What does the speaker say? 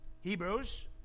Hebrews